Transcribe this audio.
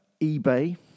eBay